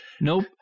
Nope